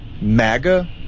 MAGA